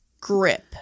grip